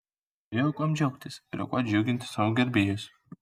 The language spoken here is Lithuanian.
turėjau kuom džiaugtis ir kuo džiuginti savo gerbėjus